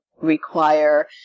require